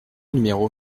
numéro